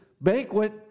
banquet